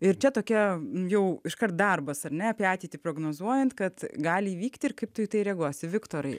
ir čia tokia jau iškart darbas ar ne apie ateitį prognozuojant kad gali įvykti ir kaip tu į tai reaguosi viktorai